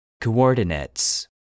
Coordinates